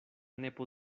nepo